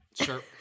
Sure